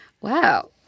wow